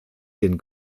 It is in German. den